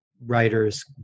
writers